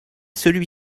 celui